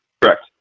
Correct